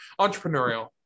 Entrepreneurial